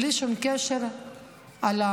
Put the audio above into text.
בלי שום קשר לתוכן,